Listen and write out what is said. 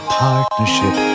partnership